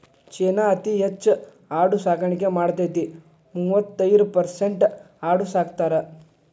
ಚೇನಾ ಅತೇ ಹೆಚ್ ಆಡು ಸಾಕಾಣಿಕೆ ಮಾಡತತಿ, ಮೂವತ್ತೈರ ಪರಸೆಂಟ್ ಆಡು ಸಾಕತಾರ